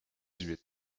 huit